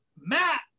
Matt